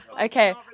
okay